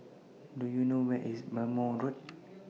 Do YOU know Where IS Bhamo Road